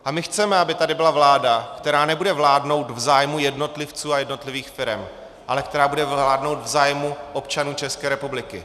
A my chceme, aby tady byla vláda, která nebude vládnout v zájmu jednotlivců a jednotlivých firem, ale která bude vládnout v zájmu občanů České republiky.